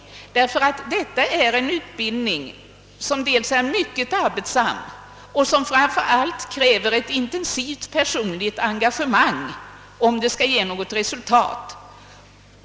Denna utbildning är mycket arbetsam och kräver framför allt ett intensivt personligt engagemang om den skall ge något resultat.